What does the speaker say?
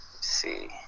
see